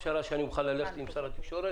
זו הפשרה שאני מוכן ללכת אליה עם שר התקשורת.